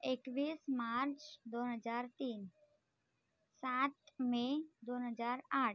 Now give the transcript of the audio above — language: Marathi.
एकवीस मार्च दोन हजार तीन सात मे दोन हजार आठ